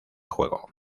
juego